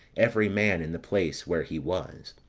every man in the place where he was.